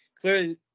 clearly –